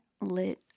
lit